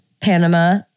Panama